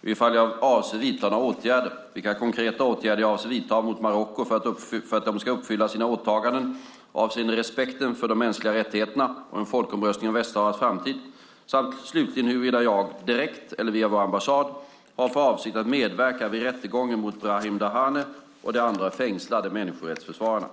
och ifall jag avser att vidta några åtgärder, vilka konkreta åtgärder jag avser att vidta mot Marocko för att de ska uppfylla sina åtaganden avseende respekt för de mänskliga rättigheterna och en folkomröstning om Västsaharas framtid samt slutligen huruvida jag, direkt eller via vår ambassad, har för avsikt att medverka vid rättegången mot Brahim Dahane och de andra fängslade människorättsförsvararna.